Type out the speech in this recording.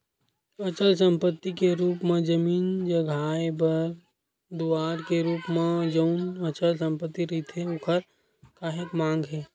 अचल संपत्ति के रुप म जमीन जघाए घर दुवार के रुप म जउन अचल संपत्ति रहिथे ओखर काहेक मांग हे